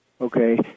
okay